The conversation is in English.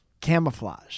camouflage